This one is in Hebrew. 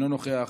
אינו נוכח.